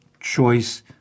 Choice